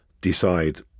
decide